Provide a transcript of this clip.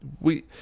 We